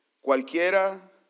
Cualquiera